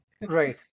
Right